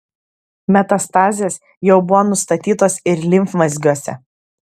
metastazės jau buvo nustatytos ir limfmazgiuose